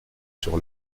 sur